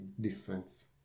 difference